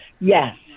Yes